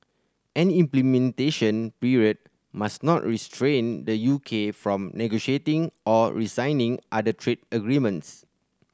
any implementation period must not restrain the U K from negotiating or resigning other trade agreements